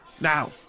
now